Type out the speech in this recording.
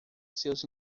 seus